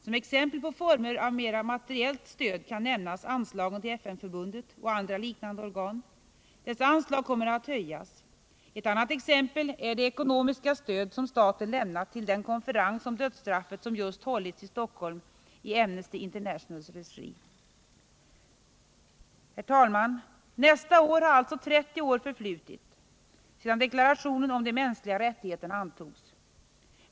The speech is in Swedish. Som exempel på former av mera materiellt stöd kan nämnas anslagen till FN-förbundet och andra liknande organ. Dessa anslag kommer att höjas. Ett annat exempel är det ekonomiska stöd som staten lämnat till den konferens om dödsstraffet som just hållits i Stockholm i Amnesty Internationals regi. Herr talman! Nästa år har alltså 30 år förflutit sedan deklarationen om de mänskliga rättigheterna antogs.